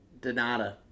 Donata